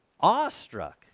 awestruck